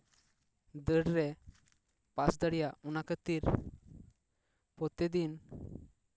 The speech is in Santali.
ᱫᱟᱹᱲ ᱨᱮ ᱯᱟᱥ ᱫᱟᱲᱮᱭᱟᱜ ᱚᱱᱟ ᱠᱷᱟᱹᱛᱤᱨ ᱯᱨᱚᱛᱤᱫᱤᱱ